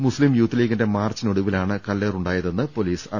മുസ്ലിം യൂത്ത്ലീഗിന്റെ മാർച്ചിനൊ ടുവിലാണ് കല്ലേറുണ്ടായതെന്ന് പൊലീസ് അറിയിച്ചു